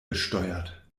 gesteuert